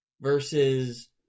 versus